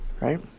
right